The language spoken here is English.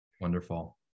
Wonderful